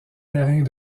terrains